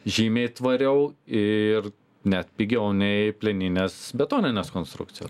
žymiai tvariau ir net pigiau nei plieninės betoninės konstrukcijos